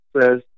says